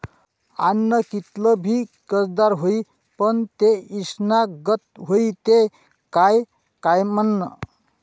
आन्न कितलं भी कसदार व्हयी, पन ते ईषना गत व्हयी ते काय कामनं